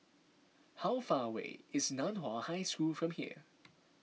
how far away is Nan Hua High School from here